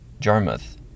Jarmuth